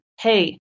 Hey